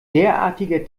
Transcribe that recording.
derartiger